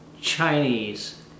Chinese